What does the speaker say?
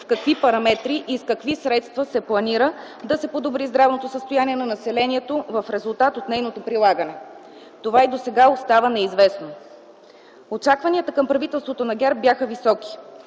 с какви параметри и с какви средства се планира да се подобри здравното състояние на населението в резултат от нейното прилагане. Това и досега остава неизвестно. Очакванията към правителството на ГЕРБ бяха високи,